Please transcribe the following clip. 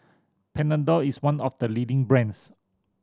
Panadol is one of the leading brands